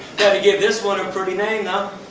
better give this one a pretty name, though.